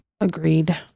Agreed